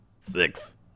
six